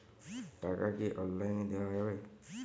টাকা কি অনলাইনে দেওয়া যাবে?